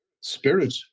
Spirit